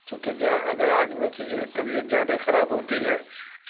کہ اگر آدمی کی جو ہے طبیعت زیادہ خراب ہوتی ہے